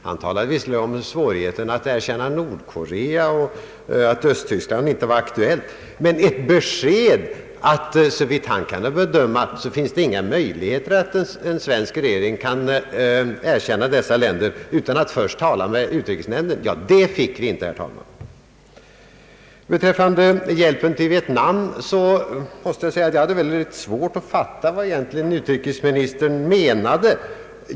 Han talade visserligen om svårigheten att erkänna Nordkorea och om att Östtyskland inte var aktuellt, men ett besked om att det såvitt han kan bedöma inte finns några möjligheter för en svensk regering att erkänna dessa länder utan att först tala med utrikesnämnden fick vi inte, herr talman. När det gäller hjälpen till Vietnam hade jag svårt att fatta vad utrikesministern egentligen menade.